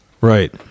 Right